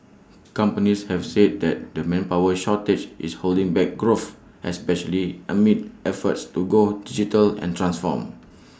companies have said that the manpower shortage is holding back growth especially amid efforts to go digital and transform